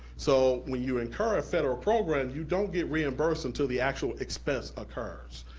so when you incur a federal program, you don't get reimbursed until the actual expense occurs.